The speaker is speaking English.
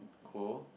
cool